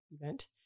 event